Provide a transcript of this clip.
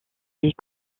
est